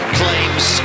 claims